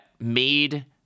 made